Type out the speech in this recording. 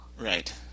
Right